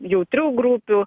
jautrių grupių